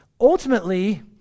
Ultimately